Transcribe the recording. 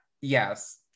yes